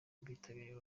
bitabiriye